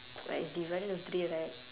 like is divided into three right